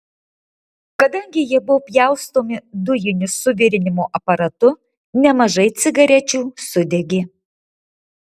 kadangi jie buvo pjaustomi dujiniu suvirinimo aparatu nemažai cigarečių sudegė